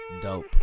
Dope